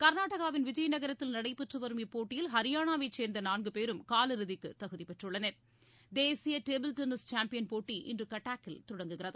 கர்நாடகாவின் விஜய நகரத்தில் நடைபெற்றுவரும் இப்போட்டியில் ஹரியானாவை சேர்ந்த நான்கு பேரும் காலிறுதிக்கு தகுதி பெற்றுள்ளனர் தேசிய டேபிள் டென்னிஸ் சாம்பியன் போட்டி இன்று கட்டாக்கில் தொடங்குகிறது